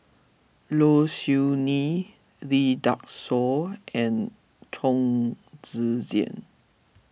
Low Siew Nghee Lee Dai Soh and Chong Tze Chien